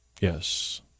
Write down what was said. Yes